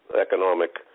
economic